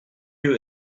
you